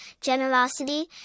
generosity